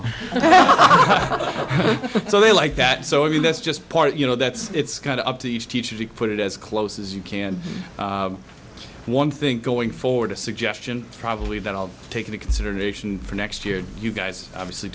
so they like that so i mean that's just part you know that's it's kind of up to each teacher to put it as close as you can one thing going forward a suggestion probably that i'll take into consideration for next year you guys obviously